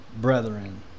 brethren